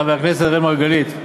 חבר הכנסת אראל מרגלית.